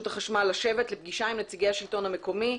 החשמל לשבת לפגישה עם נציגי השלטון המקומי,